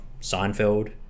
seinfeld